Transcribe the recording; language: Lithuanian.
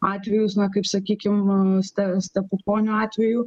atvejus na kaip sakykim ste stepukonio atveju